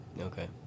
Okay